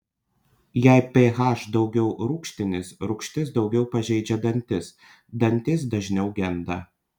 jei ph daugiau rūgštinis rūgštis daugiau pažeidžia dantis dantys dažniau genda